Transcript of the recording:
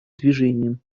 движением